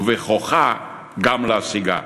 ובכוחה גם להשיגה.